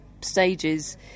stages